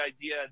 idea